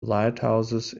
lighthouses